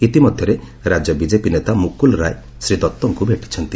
ଇତିମଧ୍ୟରେ ରାଜ୍ୟ ବିଜେପି ନେତା ମୁକୁଲ୍ ରାୟ ଶ୍ରୀ ଦଉଙ୍କୁ ଭେଟିଛନ୍ତି